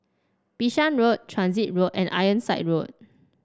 Bishan Road Transit Road and Ironside Road